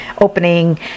opening